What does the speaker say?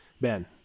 Ben